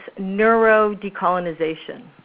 neurodecolonization